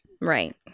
Right